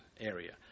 area